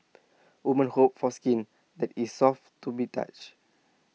women hope for skin that is soft to be touch